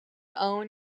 own